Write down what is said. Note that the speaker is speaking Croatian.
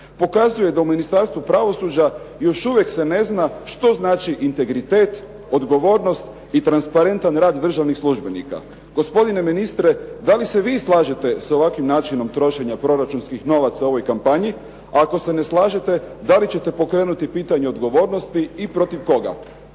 Pokazuje da u Ministarstvu pravosuđa još uvijek se ne zna što znači integritet, odgovornost i transparentan rad državnih službenika. Gospodine ministre da li se vi slažete sa ovakvim načinom trošenja proračunskih novaca u ovoj kampanji, ako se ne slažete da li ćete pokrenuti pitanje odgovornosti i protiv koga?